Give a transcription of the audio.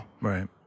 Right